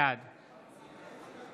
בעד